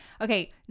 Okay